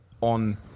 on